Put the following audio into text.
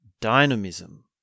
dynamism